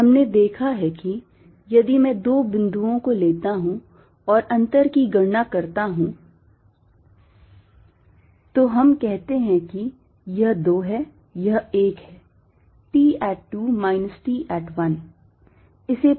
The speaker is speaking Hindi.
हमने देखा है कि यदि मैं दो बिंदुओं को लेता हूं और अंतर की गणना करता हूं तो हम कहते हैं कि यह 2 है यह 1 है T at 2 minus T at 1